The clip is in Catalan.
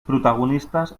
protagonistes